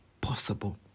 possible